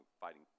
fighting